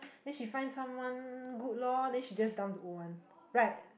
then she find someone good lor then she just dump the old one right